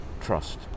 Trust